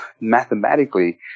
mathematically